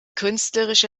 künstlerische